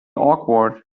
awkward